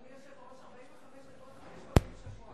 45 דקות, חמש פעמים בשבוע.